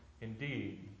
indeed